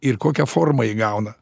ir kokią formą įgauna